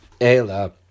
Ela